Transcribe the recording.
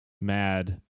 mad